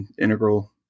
integral